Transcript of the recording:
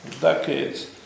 decades